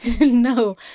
no